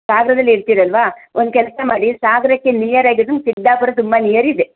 ಸಾಗರದಲ್ಲಿ ಇರ್ತೀರಲ್ವಾ ಒಂದು ಕೆಲಸ ಮಾಡಿ ಸಾಗರಕ್ಕೆ ನಿಯರ್ ಆಗಿರೋದು ಸಿದ್ದಾಪುರ ತುಂಬ ನಿಯರ್ ಇದೆ